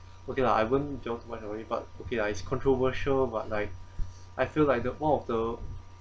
okay lah I won't feel right away but okay lah it's controversial but like I feel like the one of the